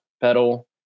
pedal